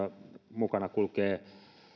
mukana kulkee